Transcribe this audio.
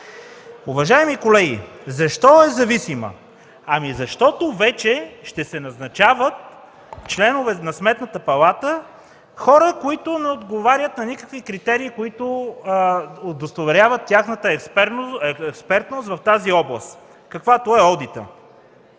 Уважаеми колеги, защо е зависима? Защото вече ще се назначават за членове на Сметната палата хора, които не отговарят на никакви критерии, които удостоверяват тяхната експертност в тази област, каквато е одитът.